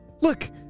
look